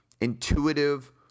intuitive